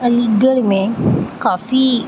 علیگڑھ میں کافی